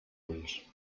ulls